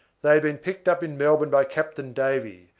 they had been picked up in melbourne by captain davy,